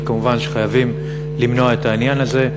וכמובן שחייבים למנוע את העניין הזה.